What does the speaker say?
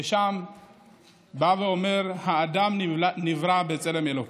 שהוא אומר: האדם נברא בצלם אלוקים.